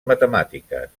matemàtiques